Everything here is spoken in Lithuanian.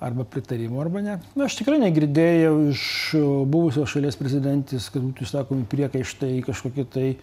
arba pritarimo arba ne na aš tikrai negirdėjau iš buvusios šalies prezidentės kad būtų išsakomi priekaištai kažkokie tai